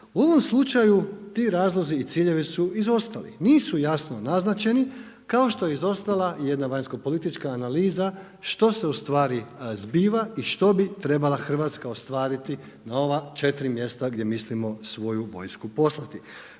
U ovom slučaju ti razlozi i ciljevi su izostali, nisu jasno naznačeni, kao što je izostala i jedna vanjsko-politička analiza što se ustvari zbiva i što bi trebala Hrvatska ostvariti na ova 4 mjesta gdje mislimo svoju vojsku poslati.